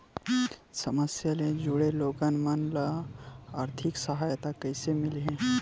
समस्या ले जुड़े लोगन मन ल आर्थिक सहायता कइसे मिलही?